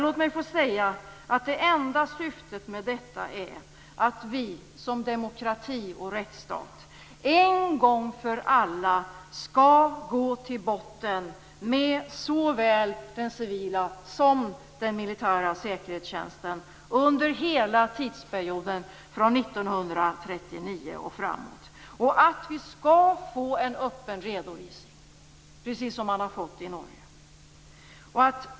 Det enda syftet med detta är att vi kristdemokrater anser att vi som demokrati och rättsstat en gång för alla skall gå till botten med såväl den civila som den militära säkerhetstjänsten under hela tidsperioden från 1939 och framåt. Vi vill ha en öppen redovisning, precis som man har fått i Norge.